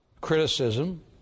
criticism